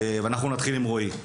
אני רוצה להתחיל עם רועי.